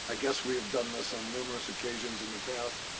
i guess we've done this on numerous occasions in the past.